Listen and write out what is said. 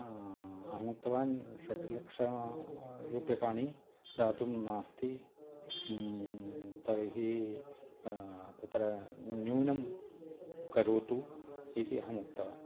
अहमुक्तवान् षड्लक्षम् रूप्यकाणि दातुं नास्ति तर्हि तत्र न्यूनं करोतु इति अहम् उक्तवान्